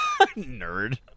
Nerd